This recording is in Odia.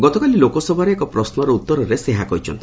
ଗତକାଲି ଲୋକସଭାରେ ଏକ ପ୍ରଶୁର ଉତ୍ତରରେ ସେ ଏହା କହିଛନ୍ତି